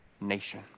nation